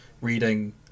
reading